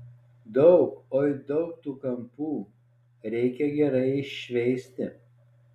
daug oi daug tų kampų reikia gerai iššveisti